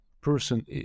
person